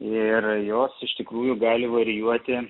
ir jos iš tikrųjų gali varijuoti